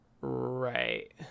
Right